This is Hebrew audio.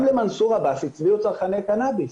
גם למנסור עבאס הצביעו צרכני קנאביס.